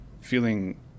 feeling